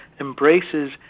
embraces